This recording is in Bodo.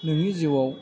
नोंनि जिउआव